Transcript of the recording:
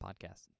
podcast